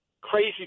crazy